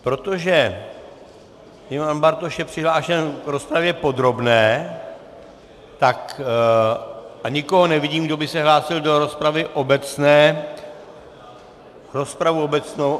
Protože Ivan Bartoš je přihlášen v rozpravě podrobné a nikoho nevidím, kdo by se hlásil do rozpravy obecné, rozpravu obecnou...